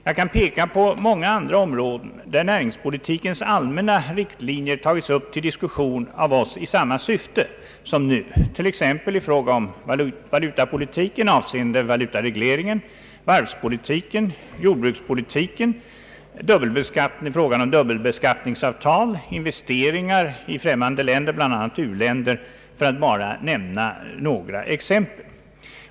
Jag kan peka på många andra områden, där näringspolitikens allmänna riktlinjer tagits upp till diskussion av oss i samma syfte som nu, t.ex. i fråga om valutapolitiken avseende valutaregleringen, varvspolitiken, jordbrukspolitiken, dubbelbeskattningsavtal, investeringar i främmande länder, bl.a. u-länder för att bara nämna några exempel.